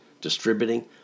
distributing